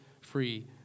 free